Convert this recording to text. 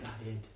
ahead